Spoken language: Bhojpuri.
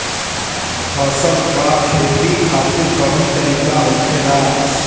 फसल का खेती खातिर कवन तरीका होखेला?